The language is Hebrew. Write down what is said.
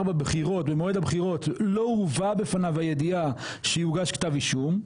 בבחירות במועד הבחירות לא הובאה בפניו הידיעה שיוגש כתב אישום,